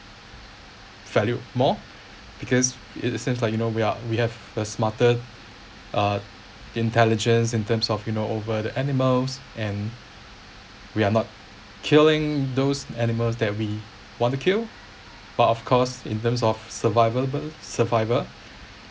valued more because it seems like you know we are we have the smarter uh intelligence in terms of you know over the animals and we're not killing those animals that we want to kill but of course in terms of survival but survivor